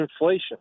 inflation